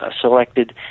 selected